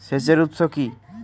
সেচের উৎস কি?